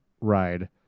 ride